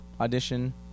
audition